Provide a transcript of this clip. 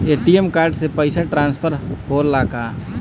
ATM card से पैसा transfer होला का?